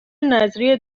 نذریه